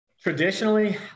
Traditionally